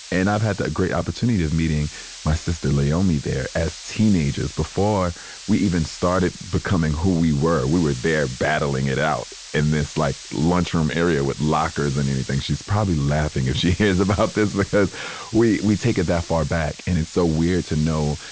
and i've had the great opportunity of meeting my sister, leiomy, there as teenagers before we even started becoming who we were. we were there battling it out, in this like lunchroom area with lockers and anything. she's probably laughing if she hears about this because we we take it that far back. and it's so weird to know,